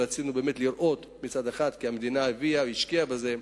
רצינו באמת לראות, מצד אחד, כי המדינה השקיעה בזה.